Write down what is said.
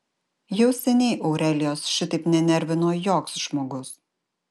jau seniai aurelijos šitaip nenervino joks žmogus